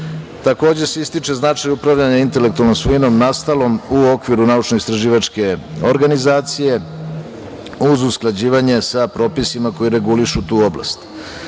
Takođe se ističe značaj upravljanja intelektualnom svojinom nastalom u okviru naučno-istraživačke organizacije, uz usklađivanje sa propisima koji regulišu tu